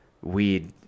weed